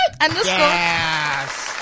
Yes